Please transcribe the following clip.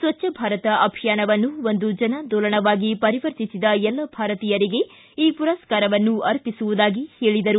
ಸ್ವಚ್ಛ ಭಾರತ ಅಭಿಯಾನವನ್ನು ಒಂದು ಜನಾಂದೋಲನವಾಗಿ ಪರಿವರ್ತಿಸಿದ ಎಲ್ಲ ಭಾರತೀಯರಿಗೆ ಈ ಪುರಸ್ಕಾರವನ್ನು ಅರ್ಪಿಸುವುದಾಗಿ ಹೇಳಿದರು